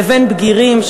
לבין בגירים,